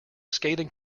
scathing